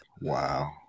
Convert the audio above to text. Wow